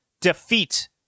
defeat